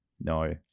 No